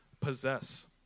possess